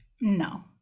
No